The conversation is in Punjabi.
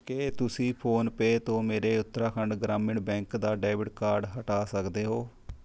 ਕਿ ਤੁਸੀਂਂ ਫੋਨਪੇਅ ਤੋਂ ਮੇਰੇ ਉੱਤਰਾਖੰਡ ਗ੍ਰਾਮੀਣ ਬੈਂਕ ਦਾ ਡੈਬਿਟ ਕਾਰਡ ਹਟਾ ਸਕਦੇ ਹੋ